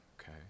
okay